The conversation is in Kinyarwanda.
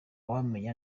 wamenya